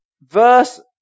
verse